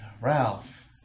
Ralph